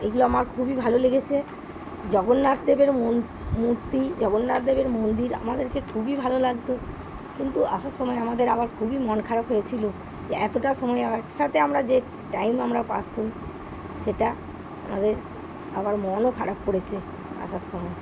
এগুলো আমার খুবই ভালো লেগেছে জগন্নাথ দেবের মূর্তি জগন্নাথ দেবের মন্দির আমাদেরকে খুবই ভালো লাগত কিন্তু আসার সময় আমাদের আবার খুবই মন খারাপ হয়েছিল যে এতটা সময় একসাথে আমরা যে টাইম আমরা পাস করছি সেটা আমাদের আবার মনও খারাপ করেছে আসার সময়